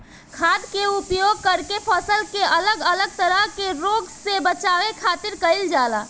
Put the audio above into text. खाद्य के उपयोग करके फसल के अलग अलग तरह के रोग से बचावे खातिर कईल जाला